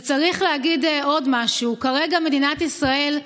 וצריך להגיד עוד משהו: כרגע מדינת ישראל,